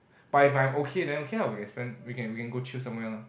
but if I'm okay then okay lah we can spend we can go chill somewhere lah